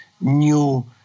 new